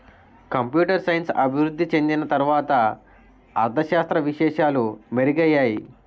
computer science అభివృద్ధి చెందిన తర్వాత అర్ధ శాస్త్ర విశేషాలు మెరుగయ్యాయి